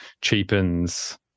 cheapens